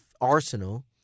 arsenal